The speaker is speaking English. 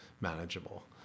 manageable